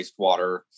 wastewater